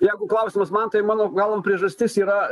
jeigu klausimas man tai mano galva priežastis yra